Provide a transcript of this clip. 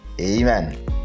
amen